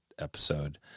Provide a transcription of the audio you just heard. episode